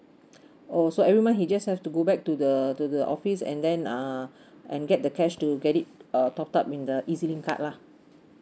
oh so every month he just have to go back to the the the office and then uh and get the cash to get it uh top up in the ezlink card lah